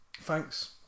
thanks